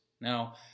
Now